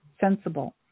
sensible